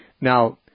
Now